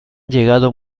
llegado